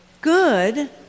good